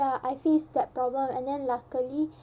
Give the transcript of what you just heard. ya I face that problem and then luckily